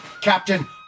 Captain